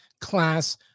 class